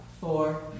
four